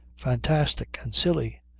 fantastic and silly.